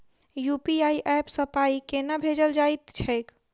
UPI app सँ पाई केना भेजल जाइत छैक?